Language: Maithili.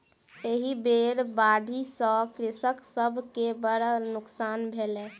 एहि बेर बाढ़ि सॅ कृषक सभ के बड़ नोकसान भेलै